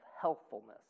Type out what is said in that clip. healthfulness